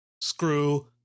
Screw